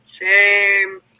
shame